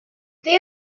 they